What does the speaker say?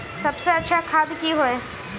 सबसे अच्छा खाद की होय?